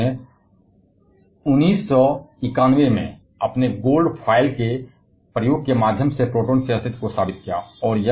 Rutherford ने 1911 में अपने गोल्ड फ़ॉइल प्रयोग के माध्यम से प्रोटॉन के अस्तित्व को साबित किया